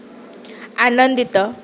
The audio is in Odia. ଆନନ୍ଦିତ